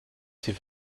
sie